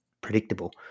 predictable